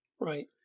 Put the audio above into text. Right